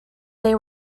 they